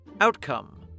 Outcome